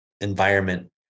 environment